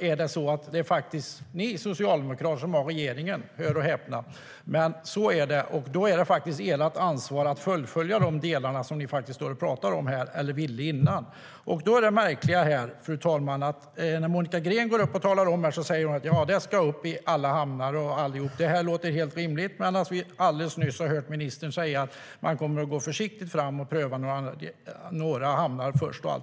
är det faktiskt ni i Socialdemokraterna som sitter i regeringsställning, hör och häpna. Och då är det ert ansvar att fullfölja de delar som ni står och pratar om här eller ville ha tidigare. Fru talman! Det märkliga här är att Monica Green säger att detta ska upp i alla hamnar - det låter helt rimligt - men att vi alldeles nyss hörde ministern säga att man kommer att gå försiktigt fram och pröva några hamnar först.